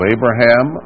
Abraham